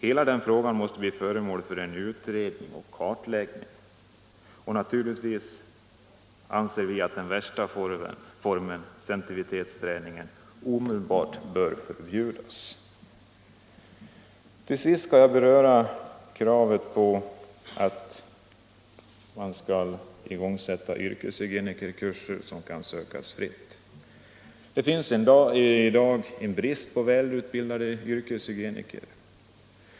Hela denna fråga måste bli föremål för utredning och kartläggning. Naturligtvis anser vi att den värsta formen — sensitivitetsträningen - omedelbart bör förbjudas. Till sist skall jag beröra kravet på yrkeshygienikerkurser som kan sökas fritt. Det finns i dag en brist på välutbildade yrkeshygieniker.